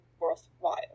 worthwhile